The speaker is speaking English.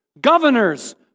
governors